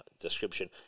description